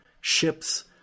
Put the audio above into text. ships